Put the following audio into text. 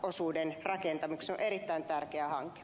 se on erittäin tärkeä hanke